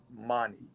money